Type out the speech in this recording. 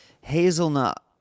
hazelnut